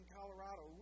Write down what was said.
Colorado